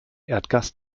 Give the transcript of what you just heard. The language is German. erdgas